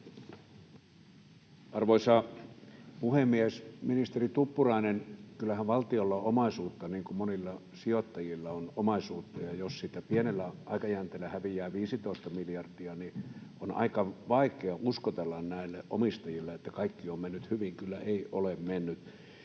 Arvoisa puhemies! Ministeri Tuppurainen, kyllähän valtiolla on omaisuutta, niin kuin monilla sijoittajilla on omaisuutta, ja jos siitä pienellä aikajänteellä häviää 15 miljardia, niin on aika vaikeaa uskotella näille omistajille, että kaikki on mennyt hyvin. Kyllä ei ole mennyt.